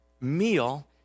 meal